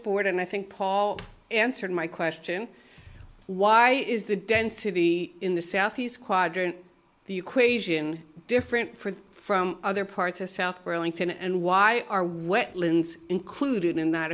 board and i think paul answered my question why is the density in the southeast quadrant the equation different from from other parts of south burlington and why are wetlands included in that